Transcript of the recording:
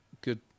good